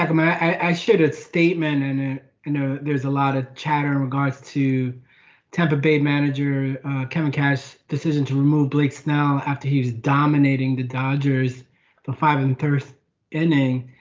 i should've statement and you know, there's a lot of chatter in regards to tampa bay manager kevin cash decision to remove blake snell after he was dominating the dodgers for five and third ending.